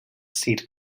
seed